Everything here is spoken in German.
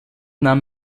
nahm